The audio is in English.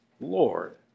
Lord